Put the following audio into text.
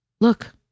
look